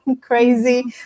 crazy